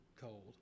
cold